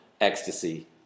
ecstasy